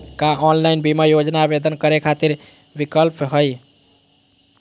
का ऑनलाइन बीमा योजना आवेदन करै खातिर विक्लप हई?